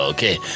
Okay